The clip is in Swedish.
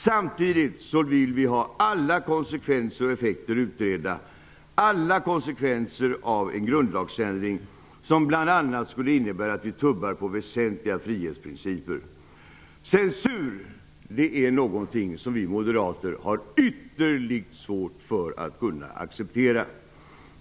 Samtidigt vill vi ha alla konsekvenser och effekter utredda av en grundlagsändring som bl.a. skulle innebära att vi tummar på väsentliga frihetsprinciper. Censur är någonting som vi moderater har ytterligt svårt att kunna acceptera.